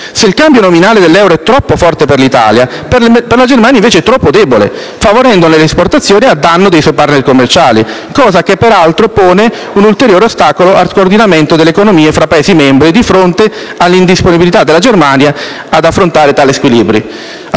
Se il cambio nominale dell'euro è troppo forte per l'Italia, per la Germania invece è troppo debole, favorendone le esportazioni a danno dei suoi *partner* commerciali, cosa che peraltro pone un ulteriore ostacolo al coordinamento delle economie fra Paesi membri di fronte all'indisponibilità della Germania ad affrontare tali squilibri